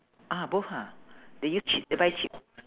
ah both ha they use cheap they buy cheap